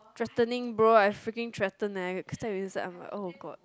threatening bro I freaking threaten eh cause I'm inside I'm like oh god